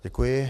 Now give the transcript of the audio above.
Děkuji.